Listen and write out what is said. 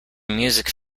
music